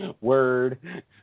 Word